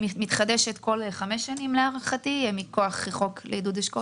היא מתחדשת כל חמש שנים להערכתי מכוח חוק לעידוד השקעות הון.